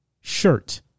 shirt